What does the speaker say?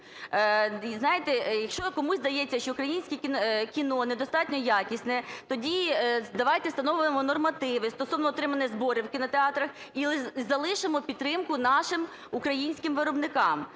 Знаєте, якщо комусь здається, що українське кіно недостатньо якісне, тоді давайте встановимо нормативи стосовно отриманих зборів в кінотеатрах і залишимо підтримку нашим українським виробникам.